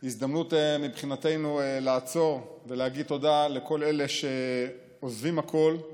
זו והזדמנות מבחינתנו לעצור ולהגיד תודה לכל אלה שעוזבים הכול,